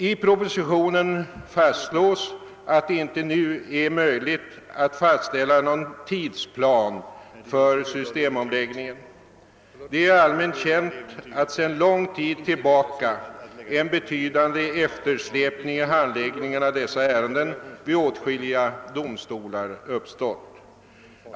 I propositionen fastslås att det inte nu är möjligt att fastställa någon tidsplan för systemomläggningen. Det är allmänt känt att sedan lång tid tillbaka en betydande eftersläpning i handläggningen av dessa ärenden vid åtskilliga domstolar uppstått.